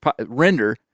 render